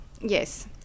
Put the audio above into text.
yes